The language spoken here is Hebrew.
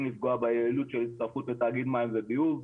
לפגוע ביעילות של הצטרפות לתאגיד מים וביוב,